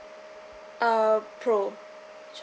err pro